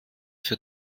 für